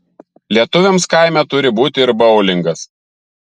lietuviams kaime turi būti ir boulingas